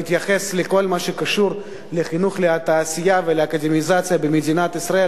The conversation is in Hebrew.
התייחס לכל מה שקשור לחינוך לתעשייה ולאקדמיזציה במדינת ישראל,